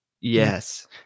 Yes